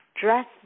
Dress